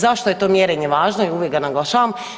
Zašto je to mjerenje važno i uvijek ga naglašavam?